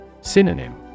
Synonym